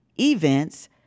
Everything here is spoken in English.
events